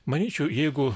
manyčiau jeigu